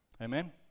Amen